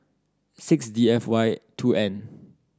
six D F Y two N